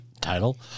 title